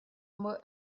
more